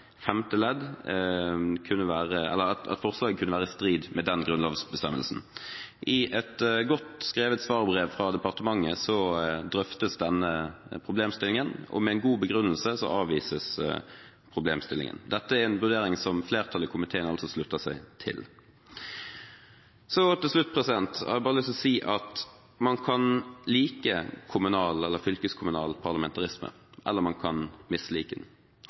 femte ledd. I et godt skrevet svarbrev fra departementet drøftes denne problemstillingen, og med en god begrunnelse avvises problemstillingen. Dette er en vurdering som flertallet i komiteen altså slutter seg til. Så til slutt har jeg bare lyst til å si at man kan like kommunal eller fylkeskommunal parlamentarisme, eller man kan mislike den.